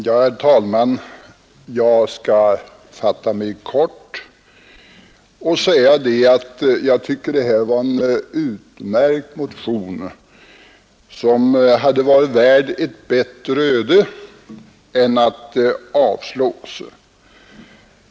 Herr talman! Jag skall fatta mig kort. Jag tycker att det här var en utmärkt motion, som hade varit värd ett bättre öde än att avslås.